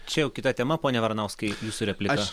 čia jau kita tema pone varanauskai jūsų replika